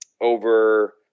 over